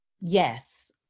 Yes